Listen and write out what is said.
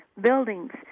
buildings